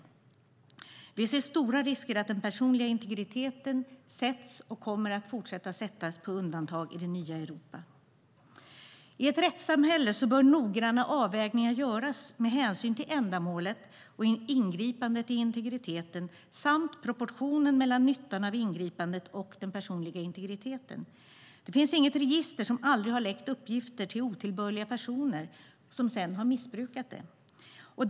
Vi ser stora risker att den personliga integriteten sätts och kommer att fortsätta att sättas på undantag i det nya Europa. I ett rättssamhälle bör noggranna avvägningar göras med hänsyn till ändamålet och ingripandet i integriteten samt proportionen mellan nyttan av ingripandet och den personliga integriteten. Det finns inget register som aldrig har läckt uppgifter till otillbörliga personer, som sedan missbrukat dessa.